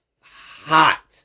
hot